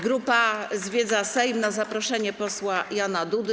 Grupa zwiedza Sejm na zaproszenie posła Jana Dudy.